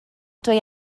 dwi